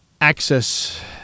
access